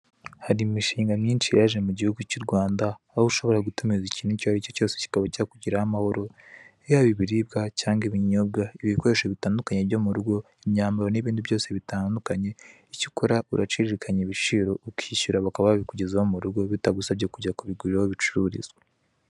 Hari imishinga myinshi yaje mu gihugu cy'u Rwanda, aho ushobora gutumiza ikintu icyaricyo cyose kikaba cyakugeraho amahoro, yaba ibiribwa cyangwa ibinyobwa, ibikoresho bitandukanye byo mu rugo, imyambaro n'ibindi byose bitandukanye, icyo ukora uraciririkanya ibiciro, ukishyura bakaba babikugezaho mu rugo bitagusanbye kujya kubigurira aho bicururizwa.